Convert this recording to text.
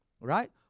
right